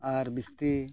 ᱟᱨ ᱵᱤᱥᱛᱤ